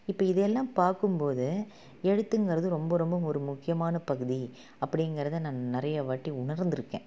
இப்போ இதையெல்லாம் பார்க்கும்போது எழுத்துங்கறது ரொம்ப ரொம்ப ஒரு முக்கியமான பகுதி அப்படிங்கறத நான் நிறைய வாட்டி உணர்ந்திருக்கேன்